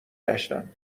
گشتم